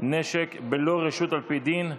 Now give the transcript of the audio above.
נשק בלא רשות על פי דין),